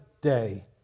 day